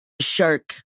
shark